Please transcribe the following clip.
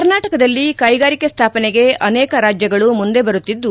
ಕರ್ನಾಟಕದಲ್ಲಿ ಕೈಗಾರಿಕೆ ಸ್ಥಾಪನೆಗೆ ಅನೇಕ ರಾಜ್ಯಗಳು ಮುಂದೆ ಬರುತ್ತಿದ್ದು